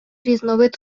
різновид